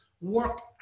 work